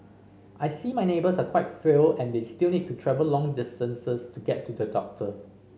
I see my neighbours are quite frail and they still need to travel long distances to get to the doctor